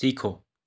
सीखो